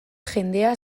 jendea